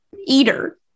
eater